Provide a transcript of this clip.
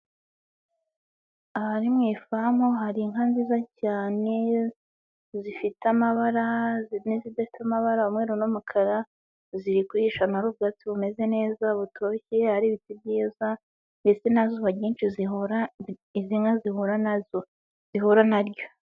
Ahari ni mu ifamu hari inka nziza cyane, zifite amabara n'izidafite amabara umweru n'umukara. Ziri kurisha ahantu hari ubwatsi bumeze neza butoshye hari ibiti byiza. Mbese nta zuba ryinshi zihura, izi nka zihura nazo, zihura naryo.